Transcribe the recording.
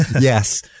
Yes